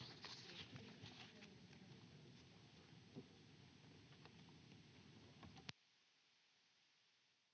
Kiitos.